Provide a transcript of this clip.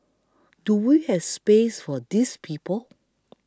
do we has space for these people